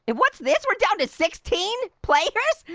what's this, we're down to sixteen players?